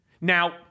Now